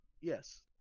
Yes